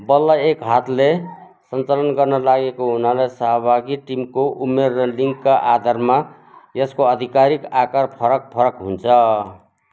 बललाई एक हातले सञ्चालन गर्न लागेको हुनाले सहभागी टिमको उमेर र लिङ्गका आधारमा यसको आधिकारिक आकार फरक फरक हुन्छ